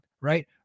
right